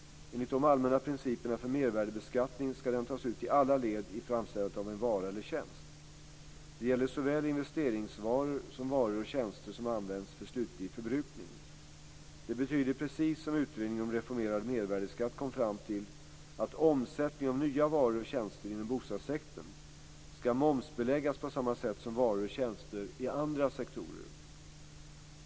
Enligt de allmänna principerna för mervärdesbeskattning ska den tas ut i alla led i framställandet av en vara eller tjänst. Det gäller såväl investeringsvaror som varor och tjänster som används för slutlig förbrukning. Det betyder, precis som utredningen om reformerad mervärdesskatt kom fram till, att omsättning av nya varor och tjänster inom bostadssektorn ska momsbeläggas på samma sätt som varor och tjänster i andra sektorer.